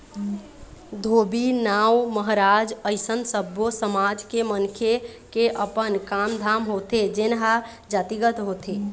धोबी, नाउ, महराज अइसन सब्बो समाज के मनखे के अपन काम धाम होथे जेनहा जातिगत होथे